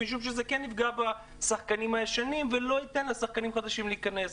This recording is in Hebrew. משום שזה כן יפגע בשחקנים הישנים ולא ייתן לשחקנים חדשים להיכנס.